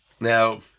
Now